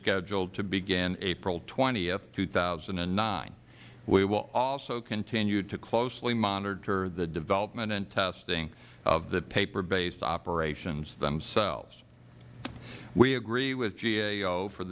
scheduled to begin april twenty two thousand and nine we will also continue to closely monitor the development and testing of the paper based operations themselves we agree with gao for